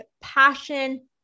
passion